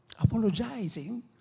apologizing